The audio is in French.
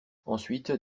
ensuite